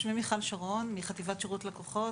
שמי מיכל שרון מחטיבת שירות לקוחות,